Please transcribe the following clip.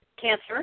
cancer